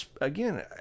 again